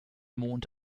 mond